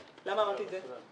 מה תעשה עכשיו?